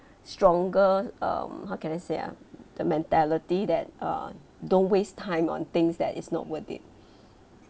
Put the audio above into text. stronger um how can I say ah the mentality that uh don't waste time on things that is not worth it